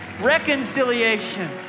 reconciliation